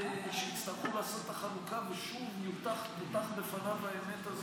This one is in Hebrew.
שיצטרכו לעשות את החלוקה ושוב נפתחת בפניו האמת הזאת.